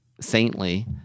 saintly